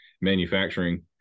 manufacturing